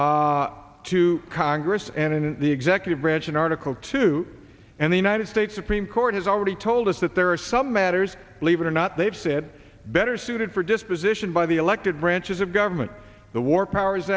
one to congress and in the executive branch in article two and the united states supreme court has already told us that there are some matters believe it or not they've said better suited for disposition by the elected branches of government the war powers